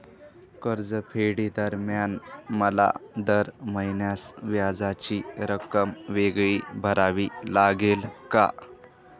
कर्जफेडीदरम्यान मला दर महिन्यास व्याजाची रक्कम वेगळी भरावी लागेल का?